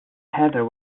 heather